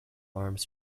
arms